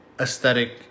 aesthetic